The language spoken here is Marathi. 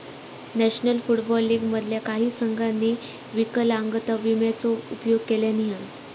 नॅशनल फुटबॉल लीग मधल्या काही संघांनी विकलांगता विम्याचो उपयोग केल्यानी हा